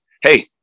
hey